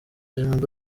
ijambo